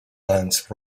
lance